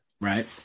Right